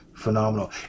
Phenomenal